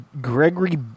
Gregory